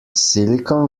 silicon